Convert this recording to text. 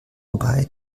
wobei